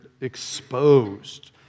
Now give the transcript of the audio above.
exposed